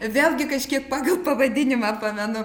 vėlgi kažkiek pagal pavadinimą pamenu